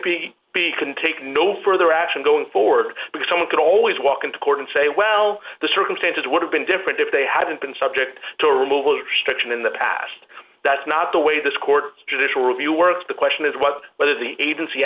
b be can take no further action going forward because someone could always walk into court and say well the circumstances would have been different if they hadn't been subject to removal restriction in the past that's not the way this court judicial review works the question is was whether the agency